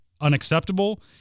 unacceptable